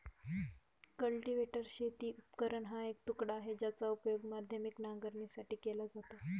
cultivator शेती उपकरण हा एक तुकडा आहे, ज्याचा उपयोग माध्यमिक नांगरणीसाठी केला जातो